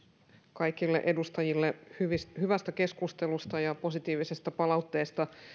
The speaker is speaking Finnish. kaikille edustajille hyvästä keskustelusta ja positiivisesta palautteesta